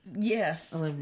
Yes